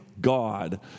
God